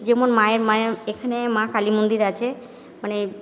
যেমন মায়ের মায়ের এখানে মা কালী মন্দির আছে মানে